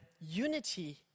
unity